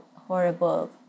horrible